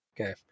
okay